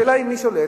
השאלה היא מי שולט.